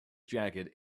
jacket